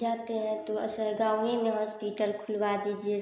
जाते हैं तो सर गाँव ही में हॉस्पिटल खुलवा दीजिए